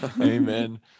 amen